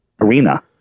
arena